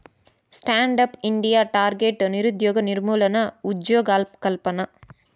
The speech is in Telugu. స్టాండ్ అప్ ఇండియా టార్గెట్ నిరుద్యోగ నిర్మూలన, ఉజ్జోగకల్పన